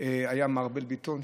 היה מערבל בטון,